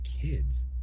kids